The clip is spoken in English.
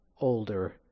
older